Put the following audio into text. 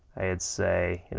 and say, you know,